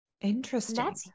Interesting